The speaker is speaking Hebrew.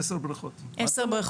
10 בריכות.